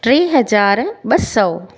टे हज़ार ॿ सौ